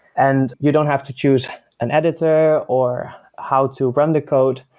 and you don't have to choose an editor, or how to run the code.